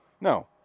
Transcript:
No